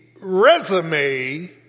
resume